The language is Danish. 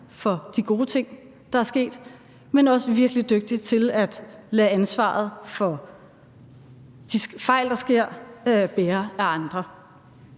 for de gode ting, der er sket, men også virkelig dygtig til at lade ansvaret for de fejl, der sker, bære af andre.